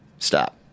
Stop